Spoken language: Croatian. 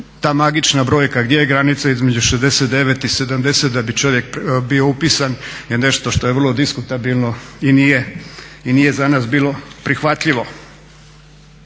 ta magična brojka gdje je granica između 69 i 70 da bi čovjek bio upisan je nešto što je vrlo diskutabilno i nije za nas bilo prihvatljivo.